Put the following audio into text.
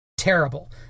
terrible